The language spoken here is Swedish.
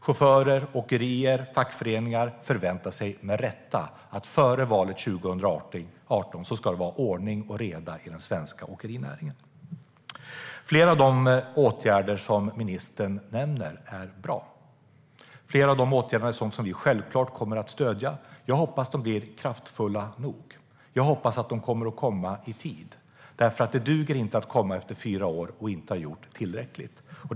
Chaufförer, åkerier, fackföreningar förväntar sig med rätta att före valet 2018 ska det vara ordning och reda i den svenska åkerinäringen. Flera av de åtgärder som ministern nämner är bra. Flera av dem är sådana som vi självklart kommer att stödja. Jag hoppas att de blir kraftfulla nog. Jag hoppas att de kommer i tid. Det duger inte att komma efter fyra år och inte ha gjort tillräckligt.